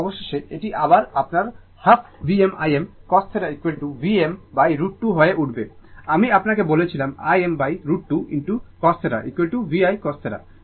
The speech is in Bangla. এবং অবশেষে এটি আবার আপনার half Vm Im cos θ Vm √ 2 হয়ে উঠছে আমি আপনাকে বলেছিলাম Im √ 2 into cos θ V I cos θ